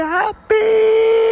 happy